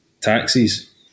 Taxis